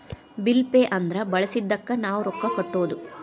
bill pay ಅಂದ್ರ ಬಳಸಿದ್ದಕ್ಕ್ ನಾವ್ ರೊಕ್ಕಾ ಕಟ್ಟೋದು